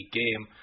game